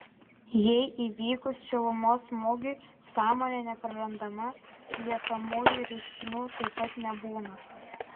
jei įvykus šilumos smūgiui sąmonė neprarandama liekamųjų reiškinių taip pat nebūna